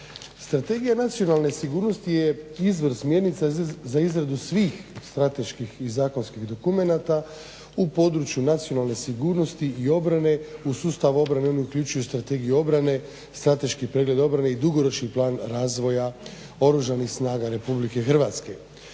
Strategija nacionalne sigurnosti je izvor smjernica za izradu svih strateških i zakonskih dokumenata u području nacionalne sigurnosti i obrane. U sustavu obrane oni uključuju strategiju obrane, strateški pregled obrane i dugoročni plan razvoja Oružanih snaga RH. Kako